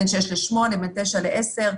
בין 6 ל-8 ובין 9 ל-10.